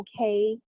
okay